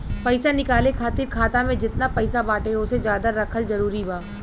पईसा निकाले खातिर खाता मे जेतना पईसा बाटे ओसे ज्यादा रखल जरूरी बा?